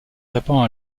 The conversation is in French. répand